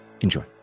Enjoy